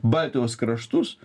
baltijos kraštus